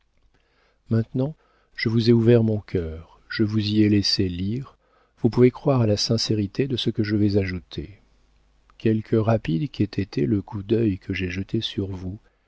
maintenant je vous ai ouvert mon cœur je vous y ai laissé lire vous pouvez croire à la sincérité de ce que je vais ajouter quelque rapide qu'ait été le coup d'œil que j'ai jeté sur vous